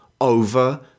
over